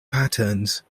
patterns